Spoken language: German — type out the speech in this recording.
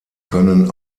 können